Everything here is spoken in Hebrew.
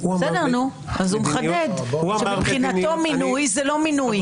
הוא אמר לי --- אז הוא מחדד שמבחינתו מינוי זה לא מינוי.